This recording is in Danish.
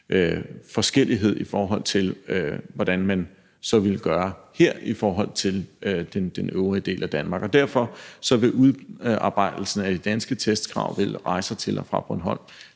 forskellighed i, hvordan man så ville gøre her i forhold til i den øvrige del af Danmark. Derfor vil udarbejdelsen af de danske testkrav ved rejser til og fra Bornholm